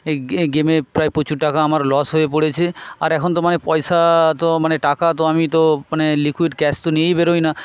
গেমে প্রায় প্রচুর টাকা আমার লস হয়ে পড়েছে আর এখন তো মানে পয়সা তো মানে টাকা তো আমি তো মানে লিক্যুইড ক্যাশ তো নিয়েই বেরোই না